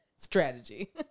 Strategy